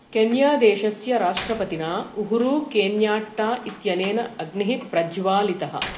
केन्यादेशस्य राष्ट्रपतिना उहुरूकेन्याट्टा इत्यनेन अग्निः प्रज्वालितः